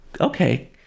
Okay